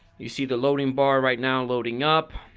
you see the loading bar right now loading up.